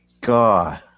God